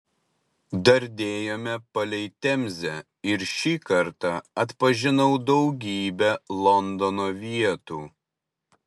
dardėjome palei temzę ir šį kartą atpažinau daugybę londono vietų